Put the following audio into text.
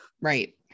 Right